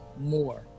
more